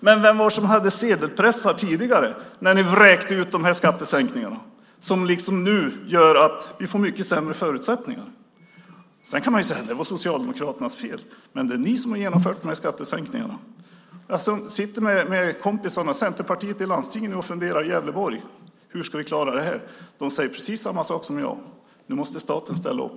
Men vem var det som hade sedelpressar tidigare när ni vräkte ut dessa skattesänkningar som liksom nu gjorde att vi får mycket sämre förutsättningar? Sedan kan man säga att det var Socialdemokraternas fel. Men det är ni som har genomfört dessa skattesänkningar. Era kompisar sitter nu med Centerpartiet i Gävleborg och funderar på hur de ska klara detta. De säger precis samma sak som jag: Nu måste staten ställa upp.